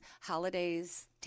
holidays